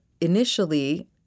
initially